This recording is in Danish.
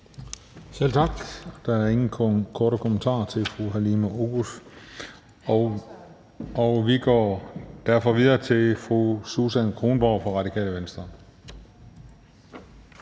Selv tak. Der er ingen korte bemærkninger til fru Halime Oguz. Vi går derfor videre til fru Susan Kronborg fra Radikale Venstre.